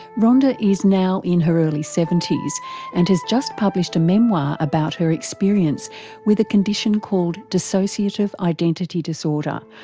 rhonda is now in her early seventies and has just published a memoir about her experience with a condition called dissociative identity disorder,